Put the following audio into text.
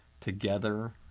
Together